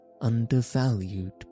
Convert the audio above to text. undervalued